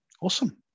Awesome